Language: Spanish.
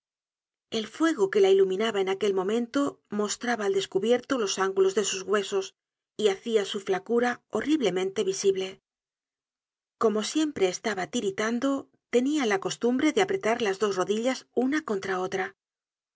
el fuego que la iluminaba en aquel momento mostraba al descubierto los ángulos de sus huesos y hacia su flacura horriblemente visible como siempre estaba tiritando tenia la costumbre de apretar las dos rodillas una contra otra